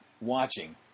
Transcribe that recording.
watching